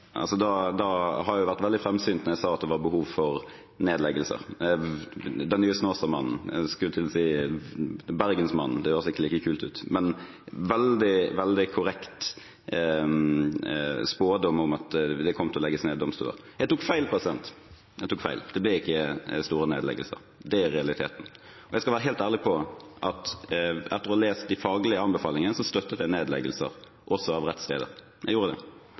Da har jeg vært veldig framsynt da jeg sa at det var behov for nedleggelser – den nye Snåsamannen, jeg skulle til å si Bergensmannen, men det høres ikke like kult ut. Det hadde vært en veldig korrekt spådom om at det kommer til å legges ned domstoler. Jeg tok feil, for det ble ikke store nedleggelser. Det er realiteten. Jeg skal være helt ærlig på at etter å ha lest de faglige anbefalingene støttet jeg nedleggelser også av rettssteder. I en reform kan man ikke få alt. Man kan ikke få alt! Jeg mener at det